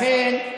לכן,